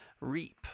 reap